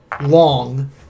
long